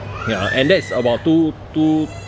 ya and that's about two two